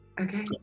Okay